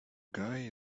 guy